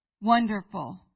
wonderful